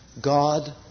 God